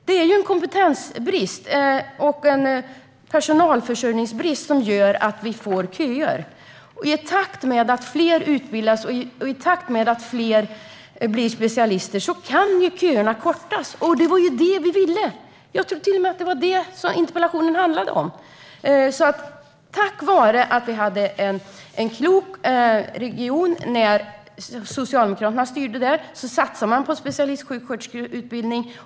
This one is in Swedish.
Det är kompetensbrist och personalförsörjningsbrist som gör att vi får köer. I takt med att fler utbildas och blir specialister kan köerna kortas. Det var ju detta vi ville. Jag tror att det till och med var detta som interpellationen handlade om. Tack vare att vi hade en klok region när Socialdemokraterna styrde satsade man på specialistsjuksköterskeutbildning.